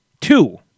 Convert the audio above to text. Two